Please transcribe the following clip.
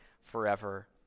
forever